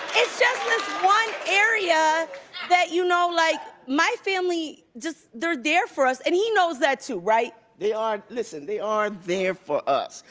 it's just this one area that you know, like, my family, just, they're there for us. and he knows that too, right? they are, listen, they are there for us.